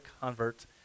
convert